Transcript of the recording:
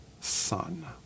Son